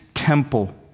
temple